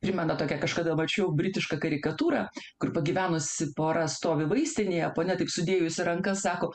primena tokią kažkada mačiau britišką karikatūrą kur pagyvenusi pora stovi vaistinėje ponia taip sudėjusi rankas sako